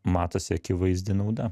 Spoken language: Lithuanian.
matosi akivaizdi nauda